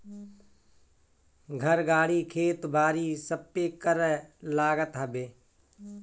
घर, गाड़ी, खेत बारी सबपे कर लागत हवे